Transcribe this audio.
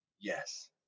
Yes